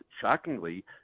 shockingly